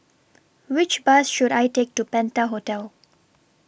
Which Bus should I Take to Penta Hotel